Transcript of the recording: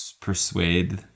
persuade